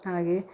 ಹಾಗೆ